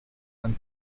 when